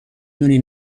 دونی